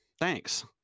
Thanks